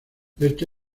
este